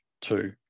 two